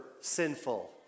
sinful